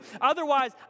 Otherwise